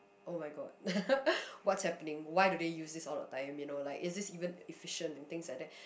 oh-my-god what's happening why do they use this all the time you know like is this even efficient and things like that